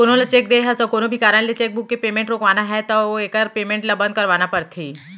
कोनो ल चेक दे हस अउ कोनो भी कारन ले चेकबूक के पेमेंट रोकवाना है तो एकर पेमेंट ल बंद करवाना परथे